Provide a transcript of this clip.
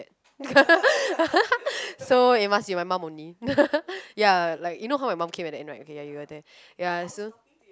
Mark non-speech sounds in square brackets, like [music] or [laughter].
[laughs] so it must be my mum only [laughs] ya like you know how my mum came at the end right ya you were there ya so